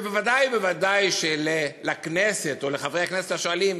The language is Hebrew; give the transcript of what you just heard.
וודאי וודאי שהכנסת או חברי הכנסת השואלים,